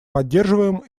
поддерживаем